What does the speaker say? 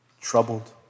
troubled